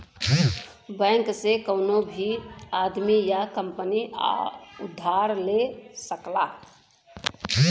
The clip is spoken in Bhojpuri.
बैंक से कउनो भी आदमी या कंपनी उधार ले सकला